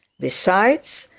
besides,